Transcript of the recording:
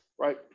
right